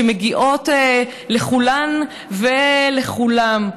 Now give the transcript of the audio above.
שמגיעות לכולן ולכולם.